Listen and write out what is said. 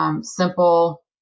simple